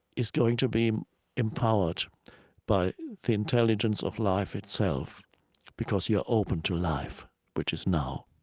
is going to be empowered by the intelligence of life itself because you are open to life which is now